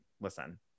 listen